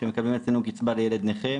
שמקבלים אצלנו קצבה לילד נכה,